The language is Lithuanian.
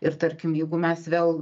ir tarkim jeigu mes vėl